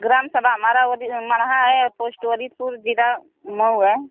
ग्राम सभा हमारा मडहा है और पोस्ट ऑरितपुर जिला मऊ है